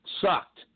sucked